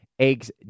Eggs